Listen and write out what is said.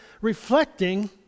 reflecting